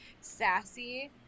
sassy